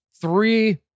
three